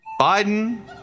Biden